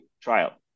trial